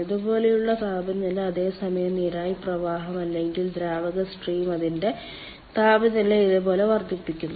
ഇതുപോലെയുള്ള താപനില അതേസമയം നീരാവി പ്രവാഹം അല്ലെങ്കിൽ ദ്രാവക സ്ട്രീം അതിന്റെ താപനില ഇതുപോലെ വർദ്ധിപ്പിക്കുന്നു